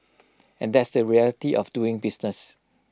and that's the reality of doing business